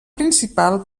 principal